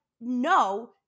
no